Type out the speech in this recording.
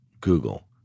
Google